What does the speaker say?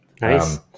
Nice